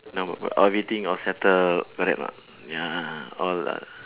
now everything all settle correct or not ya all ah